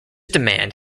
demand